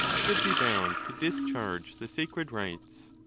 should be bound to discharge the sacred rites.